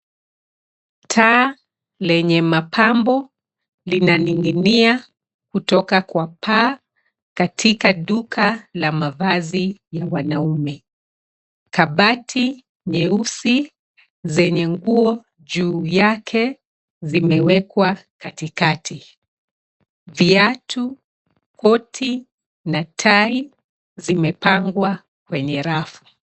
Taa lenye mapambo linaning'inia kutoka kwa paa katika duka la mavazi ya wanaume. Kabati nyeusi, zenye nguo juu yake zimewekwa katikati. Viatu, koti na tai zimepangwa kwenye rafu.